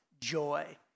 joy